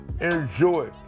Enjoy